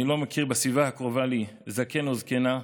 אני לא מכיר בסביבה הקרובה לי זקן או זקנה,